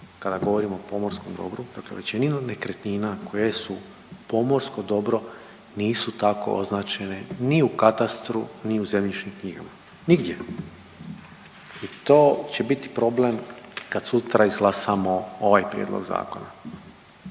kada govorimo o pomorskom dobru, dakle većinu nekretnina koje su pomorsko dobro nisu tako označene ni u katastru, ni u zemljišnim knjigama. Nigdje! I to će biti problem kad sutra izglasamo ovaj prijedlog zakona.